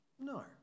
No